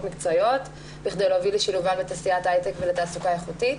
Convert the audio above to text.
מקצועיות בכדי להוביל לשילובן בתעשיית ההייטק ולתעסוקה איכותית.